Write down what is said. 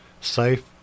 safe